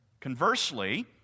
Conversely